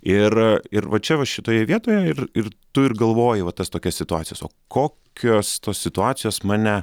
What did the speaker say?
ir ir va čia va šitoje vietoje ir ir tu ir galvoji va tas tokias situacijas kokios tos situacijos mane